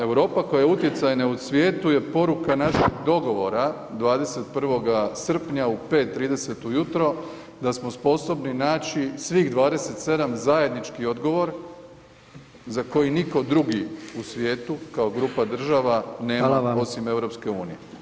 Europa koja je utjecajna u svijetu je poruka našeg dogovora 21. srpnja u 5:30 ujutro da smo sposobni naći svih 27 zajednički odgovor za koji nitko drugi u svijetu kao grupa država nema osim EU.